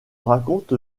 raconte